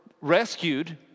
rescued